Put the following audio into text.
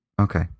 okay